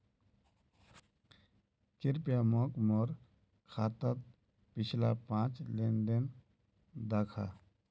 कृप्या मोक मोर खातात पिछला पाँच लेन देन दखा